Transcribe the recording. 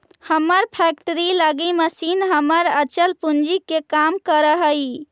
हमर फैक्ट्री लगी मशीन हमर अचल पूंजी के काम करऽ हइ